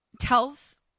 tells